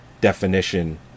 definition